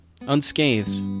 unscathed